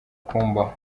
kumbaho